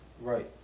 right